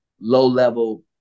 low-level